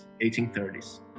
1830s